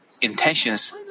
intentions